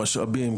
משאבים,